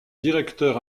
directeur